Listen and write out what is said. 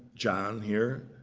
john, here.